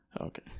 Okay